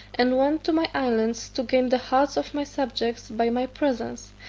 and went to my islands to gain the hearts of my subjects by my presence,